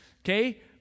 okay